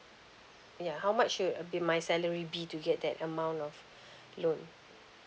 ya how much should be my salary be to get that amount of loan